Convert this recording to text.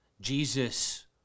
Jesus